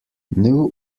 new